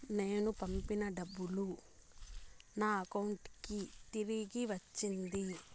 నేను పంపిన డబ్బులు నా అకౌంటు కి తిరిగి వచ్చింది